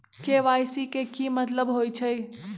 KYC के कि मतलब होइछइ?